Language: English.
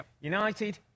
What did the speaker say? United